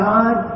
God